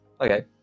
Okay